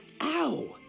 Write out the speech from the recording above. Ow